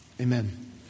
Amen